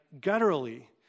gutturally